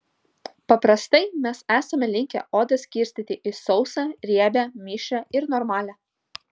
paprastai mes esame linkę odą skirstyti į sausą riebią mišrią ir normalią